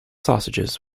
sausages